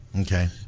Okay